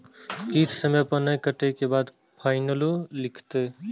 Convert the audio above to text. किस्त समय पर नय कटै के बाद फाइनो लिखते?